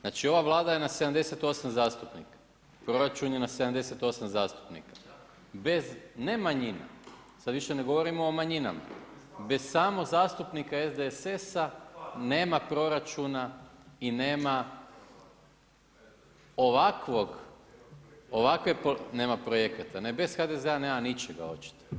Znači ova Vlada je na 78 zastupnika, proračun je na 78 zastupnika, bez ne manjina, sada više ne govorimo o manjinama, bez samo zastupnika SDSS-a nema proračuna i nema ovakvog, ovakve nema projekata, bez HDZ-a nema ničega očito.